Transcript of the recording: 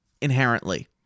inherently